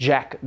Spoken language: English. Jack